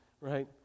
right